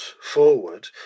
forward